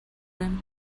him